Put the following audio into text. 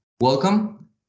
Welcome